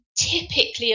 typically